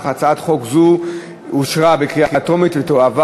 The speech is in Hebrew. הצעת חוק זו אושרה בקריאה טרומית ותועבר